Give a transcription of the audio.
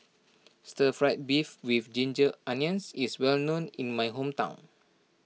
Stir Fried Beef with Ginger Onions is well known in my hometown